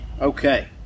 Okay